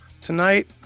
Tonight